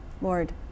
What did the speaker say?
Lord